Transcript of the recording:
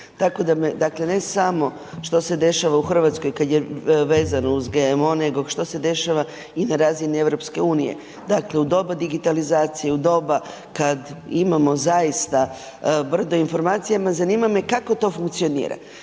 tako da ne samo što se dešava u Hrvatskoj kada je vezano uz GMO nego što se dešava i na razini EU. Dakle u doba digitalizacije u doba kada imamo zaista brdo informacija, zanima me kako to funkcionira?